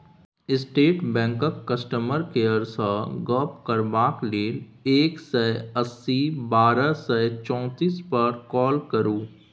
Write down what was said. state बैंकक customer केयरसँ गप्प करबाक लेल एक सय अस्सी बारह सय चौतीस पर काँल करु